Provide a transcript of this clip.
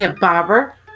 Bobber